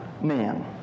man